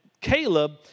Caleb